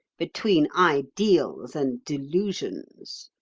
between ideals and delusions.